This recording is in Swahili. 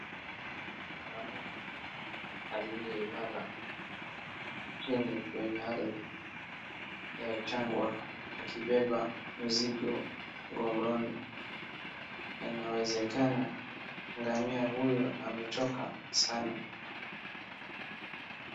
Ngamia aliyelala chini kwenye ardhi ya jangwa akibeba mzigo mgongoni. Inawezekana ngamia huyu amechoka sana.